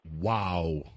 wow